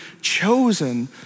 chosen